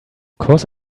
course